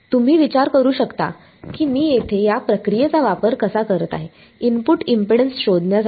तुम्ही विचारू शकता की मी येथे या प्रक्रियेचा वापर कसा करत आहे इनपुट इम्पेडन्स शोधण्यासाठी